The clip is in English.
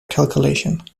calculation